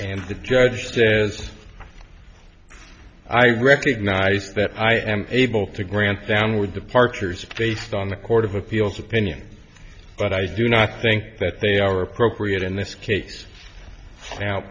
and judge says i recognize that i am able to grant downward departures based on the court of appeals opinion but i do not think that they are appropriate in this case now